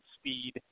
speed